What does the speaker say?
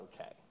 okay